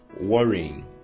worrying